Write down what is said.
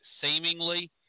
seemingly